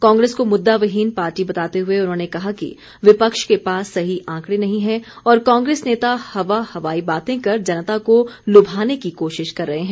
कांग्रेस को मुददाविहीन पार्टी बताते हुए उन्होंने कहा कि विपक्ष के पास सही आंकड़े नहीं हैं और कांग्रेस नेता हवा हवाई बातें कर जनता को लुभाने की कोशिश कर रहे हैं